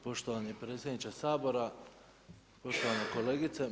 Poštovani predsjedniče Sabora, poštovana kolegice.